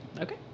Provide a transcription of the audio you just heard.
okay